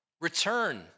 Return